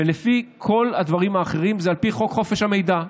ולפי כל הדברים האחרים, זה על פי חוק חופש המידע.